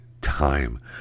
time